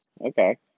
Okay